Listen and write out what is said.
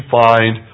find